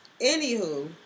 anywho